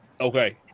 Okay